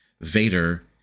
Vader